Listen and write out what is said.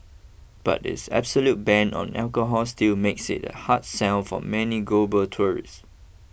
but its absolute ban on alcohol still makes it a hard sell for many global tourists